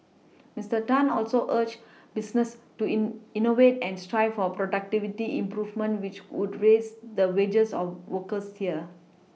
Mister Tan also urged businesses to in innovate and strive for productivity improvements which would raise the wages of workers here